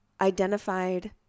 identified